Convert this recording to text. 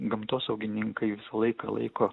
gamtosaugininkai visą laiką laiko